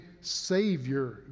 savior